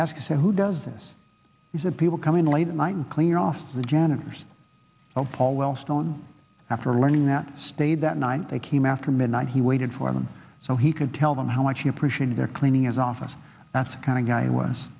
asked who does this is that people come in late at night and clear off the janitors of paul wellstone after learning that stayed that night they came after midnight he waited for them so he could tell them how much he appreciated their cleaning as office that's a kind of guy who was